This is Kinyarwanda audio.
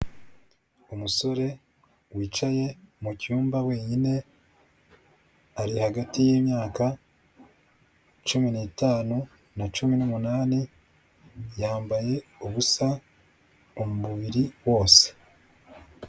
Umusore wicaye mu cyumba wenyine, ari hagati y'imyaka cumi ni tanu na cumi n'umunani, yambaye ubusa umubiri wose.